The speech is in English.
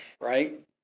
right